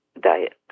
diet